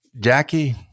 Jackie